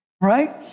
right